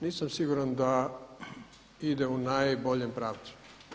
Nisam siguran da ide u najboljem pravcu.